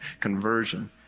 Conversion